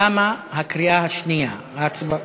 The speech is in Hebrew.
תמה הקריאה השנייה וההצעה